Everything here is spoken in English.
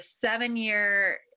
seven-year